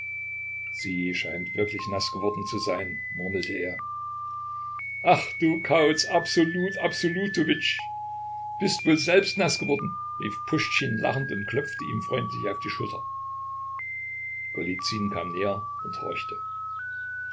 sie scheint wirklich naß geworden zu sein murmelte er ach du kauz absolut absolutowitsch bist wohl selbst naß geworden rief puschtschin lachend und klopfte ihn freundlich auf die schulter golizyn kam näher und horchte